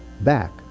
back